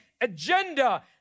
agenda